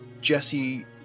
Jesse